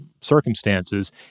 circumstances